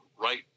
right